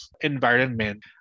environment